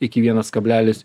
iki vienas kablelis